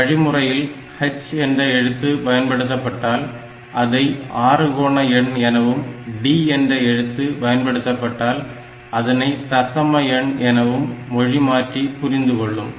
வழிமுறையில் H என்ற எழுத்து பயன்படுத்தப்பட்டால் அதை ஆறுகோண எண் எனவும் D என்ற எழுத்து பயன்படுத்தப்பட்டால் அதனை தசம எண் எனவும் மொழி மாற்றி புரிந்துகொள்ளும்